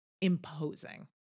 imposing